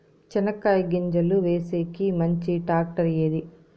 చెనక్కాయ గింజలు వేసేకి మంచి టాక్టర్ ఏది?